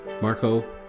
Marco